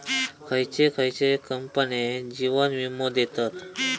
खयचे खयचे कंपने जीवन वीमो देतत